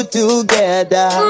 together